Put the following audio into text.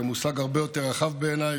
זה מושג הרבה יותר רחב בעיניי,